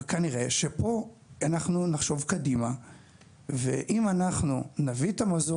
וכנראה שפה אנחנו נחשוב קדימה ואם אנחנו נביא את המזור